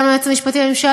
גם עם היועץ המשפטי לממשלה.